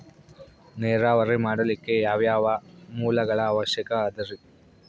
ನೇರಾವರಿ ಮಾಡಲಿಕ್ಕೆ ಯಾವ್ಯಾವ ಮೂಲಗಳ ಅವಶ್ಯಕ ಅದರಿ?